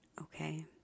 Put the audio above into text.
Okay